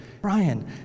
Brian